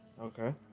Okay